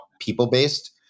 people-based